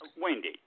Wendy